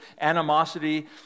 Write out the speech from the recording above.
animosity